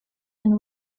and